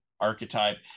archetype